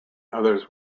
others